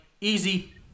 Easy